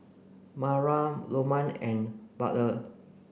Maura Loma and Butler